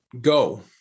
go